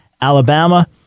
Alabama